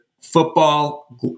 Football